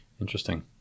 Interesting